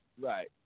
Right